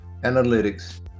analytics